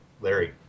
Larry